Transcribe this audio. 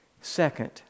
Second